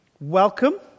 Welcome